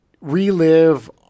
relive